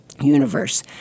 universe